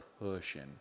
pushing